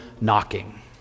knocking